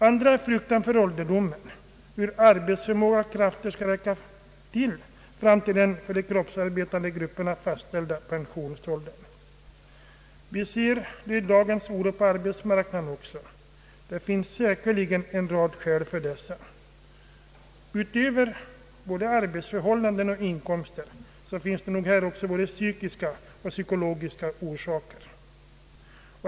Andra människor fruktar för ålderdomen och oroar sig för hur arbetsförmåga och krafter skall räcka till fram till den för de kroppsarbetande grupperna fastställda pensionsåldern. Vi ser att det i dag också råder stor oro på arbetsmarknaden. Det finns säkerligen en rad skäl härför. Utöver både arbetsförhållanden och inkomster finns det nog här också psykiska och psykologiska orsaker.